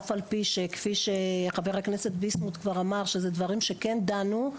אף על פי שכפי שחבר הכנסת ביסמוט כבר אמר שזה דברים שכן דנו,